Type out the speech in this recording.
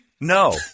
No